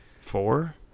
four